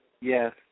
Yes